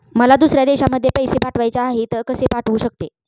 मला दुसऱ्या देशामध्ये पैसे पाठवायचे आहेत कसे पाठवू शकते?